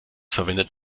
verwendet